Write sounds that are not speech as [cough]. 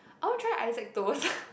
I wanna try Isaac Toast [laughs]